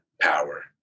power